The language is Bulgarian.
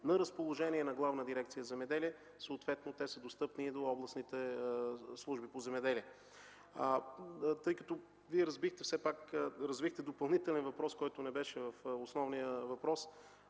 на разположение на Главна дирекция „Земеделие”. Те са достъпни и до областните служби по земеделие. Тъй като Вие развихте допълнителен въпрос, който не беше в основния въпрос,